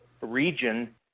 region